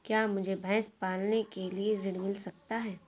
क्या मुझे भैंस पालने के लिए ऋण मिल सकता है?